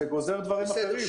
זה גוזר דברים אחרים,